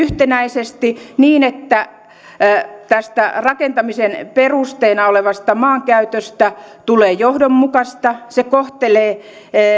tehdä yhtenäisesti niin että tästä rakentamisen perusteena olevasta maankäytöstä tulee johdonmukaista se kohtelee